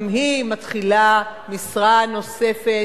גם היא מתחילה משרה נוספת.